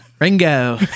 Ringo